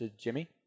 Jimmy